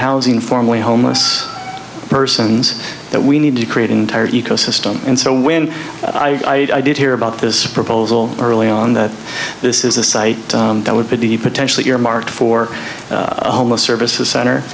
warehousing formally homeless persons that we need to create an entire ecosystem and so when i did hear about this proposal early on that this is a site that would be potentially earmarked for a homeless services cent